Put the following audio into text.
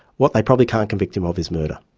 what they probably can't convict him of is murder.